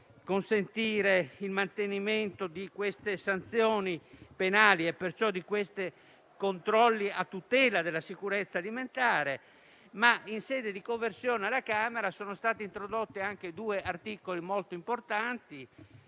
consentire il mantenimento delle sanzioni penali, quindi dei controlli a tutela della sicurezza alimentare. In sede di conversione alla Camera sono stati introdotti anche due articoli molto importanti: